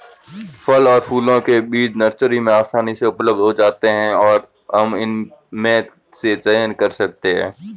फल और फूलों के बीज नर्सरी में आसानी से उपलब्ध हो जाते हैं और हम इनमें से चयन कर सकते हैं